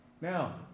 Now